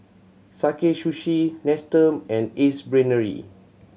Sakae Sushi Nestum and Ace Brainery